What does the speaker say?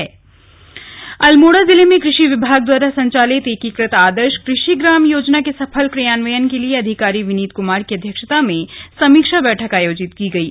एकीकृत आदर्श कृषि ग्राम योजना अल्मोड़ा जिले में कृषि विभाग द्वारा संचालित एकीकृत आदर्श कृषि ग्राम योजना के सफल क्रियान्वयन के लिए जिलाधिकारी विनीत कुमार की अध्यक्षता में समीक्षा बैठक आयोजित की गयी